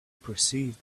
perceived